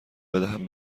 بدهم